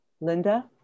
Linda